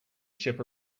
ship